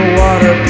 water